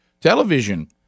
television